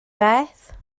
beth